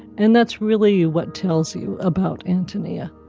and that's really what tells you about antonia